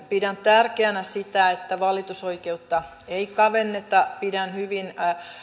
pidän tärkeänä sitä että valitusoikeutta ei kavenneta pidän hyvin